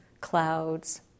clouds